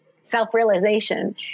self-realization